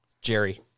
Jerry